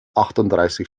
achtunddreißig